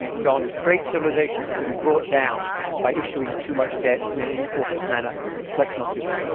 john, great civilizations have been brought down by issuing too much debt in an incautious manner. let's not do that.